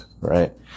right